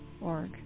org